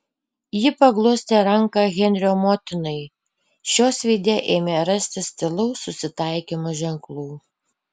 ji paglostė ranką henrio motinai šios veide ėmė rastis tylaus susitaikymo ženklų